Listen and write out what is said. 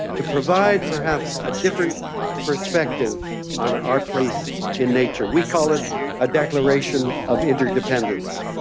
to provide perhaps a different perspective on our place in nature. we call it a declaration of interdependence.